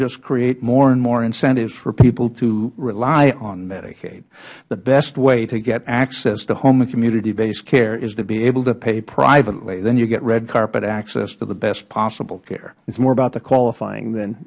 just create more and more incentives for people to rely on medicaid the best way to get access to home and community based care is to be able to pay privately then you get red carpet access to the best possible care doctor gosar it is more about the qualifying than